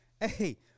hey